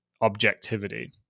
objectivity